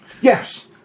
Yes